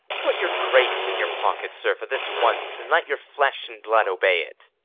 put your grace in your pocket, sir, for this once, and let your flesh and blood obey it.